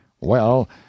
Well